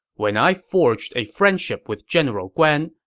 when i forged a friendship with general guan,